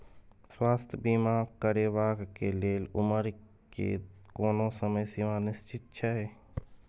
स्वास्थ्य बीमा करेवाक के लेल उमर के कोनो समय सीमा निश्चित छै?